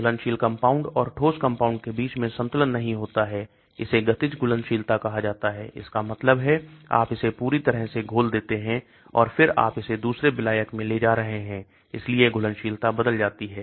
घुलनशील कंपाउंड और ठोस कंपाउंड के बीच में संतुलन नहीं होता है इसे गतिज घुलनशीलता कहा जाता है इसका मतलब है आप इसे पूरी तरह से घोल देते हैं और फिर आप इसे दूसरे विलायक में ले जा रहे हैं इसलिए घुलनशीलता बदल जाती है